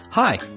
Hi